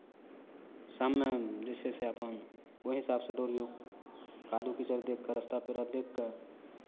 शाममे जे छै से अपन ओहि हिसाबसँ दौड़िऔ कादो कीचड़ देखि कऽ रस्ता पेरा देखि कऽ